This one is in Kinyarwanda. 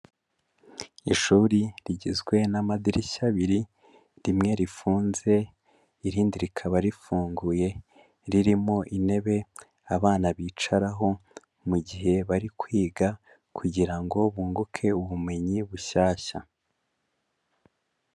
Ishuri rigizwe n'amadirishya abiri, rimwe rifunze irindi rikaba rifunguye, ririmo intebe abana bicaraho mu gihe bari kwiga kugira ngo bunguke ubumenyi bushyashya.